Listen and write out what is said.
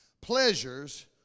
pleasures